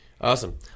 Awesome